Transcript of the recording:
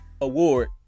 award